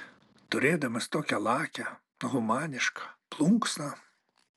turėdamas tokią lakią humanišką plunksną